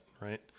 right